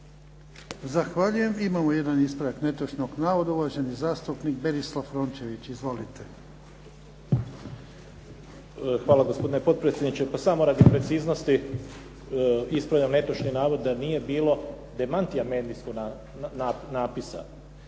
Zahvaljujem. Imamo jedan ispravak netočnog navoda, uvaženi zastupnik Berislav Rončević. Izvolite. **Rončević, Berislav (HDZ)** Hvala gospodine potpredsjedniče. Pa samo radi preciznosti ispravljam netočni navod da nije bilo demantija medijskog napisa.